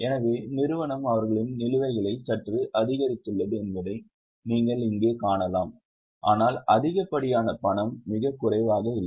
எனவே நிறுவனம் அவர்களின் நிலுவைகளை சற்று அதிகரித்துள்ளது என்பதை நீங்கள் இங்கே காணலாம் ஆனால் அதிகப்படியான பணம் மிகக் குறைவாக இல்லை